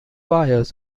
wires